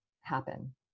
happen